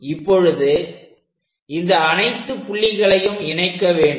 இப்பொழுது இந்த அனைத்து புள்ளிகளையும் இணைக்க வேண்டும்